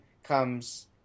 comes